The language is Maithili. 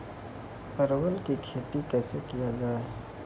परवल की खेती कैसे किया जाय?